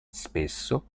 spesso